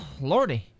Lordy